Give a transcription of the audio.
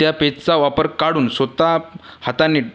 त्या पेजचा वापर काढून स्वतः हातांनी